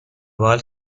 بحال